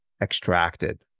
extracted